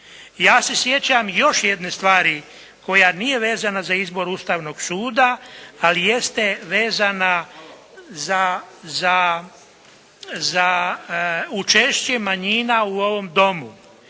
Ja se sjećam još jedne stvari koja nije vezana za izbor Ustavnog suda, ali jeste vezana za učešće manjina u ovom Domu.